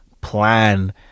plan